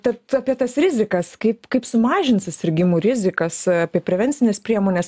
tad apie tas rizikas kaip kaip sumažint susirgimų rizikas apie prevencines priemones